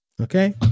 Okay